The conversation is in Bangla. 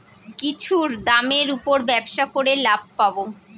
কিছুর দামের উপর ব্যবসা করে লাভ পাবো